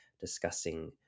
discussing